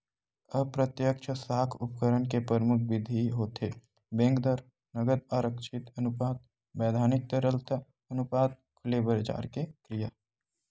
अप्रत्यक्छ साख उपकरन के परमुख बिधि होथे बेंक दर, नगद आरक्छित अनुपात, बैधानिक तरलता अनुपात, खुलेबजार के क्रिया